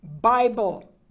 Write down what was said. Bible